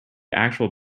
actual